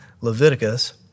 Leviticus